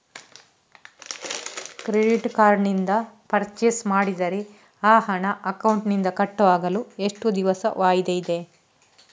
Credit card ನಿಂದ purchase ಮಾಡಿದರೆ ಆ ಹಣ ಅಕೌಂಟಿನಿಂದ ಕಟ್ ಆಗಲು ಎಷ್ಟು ದಿನದ ವಾಯಿದೆ ಇದೆ?